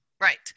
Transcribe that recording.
Right